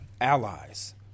allies